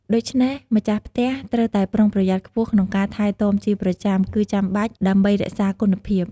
ដូច្នេះ ម្ចាស់ផ្ទះត្រូវតែប្រុងប្រយ័ត្នខ្ពស់ក្នុងការថែទាំជាប្រចាំគឺចាំបាច់ដើម្បីរក្សាគុណភាព។